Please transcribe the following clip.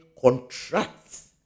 contracts